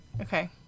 Okay